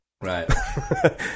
right